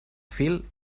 fil